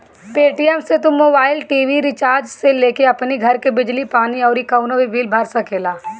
Paytm से तू mobile, TV recharge से लेके अपनी घर के बिजली पानी अउरी कवनो भी बिल भर सकेला